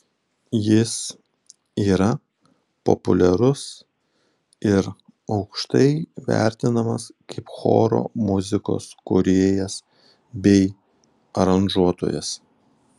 jis yra populiarus ir aukštai vertinamas kaip choro muzikos kūrėjas bei aranžuotojas